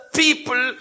people